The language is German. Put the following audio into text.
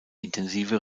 intensive